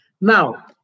Now